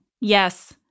Yes